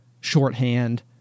shorthand